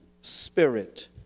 spirit